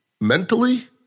Mentally